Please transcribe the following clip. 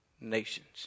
nations